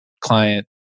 client